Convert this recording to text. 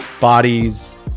bodies